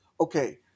Okay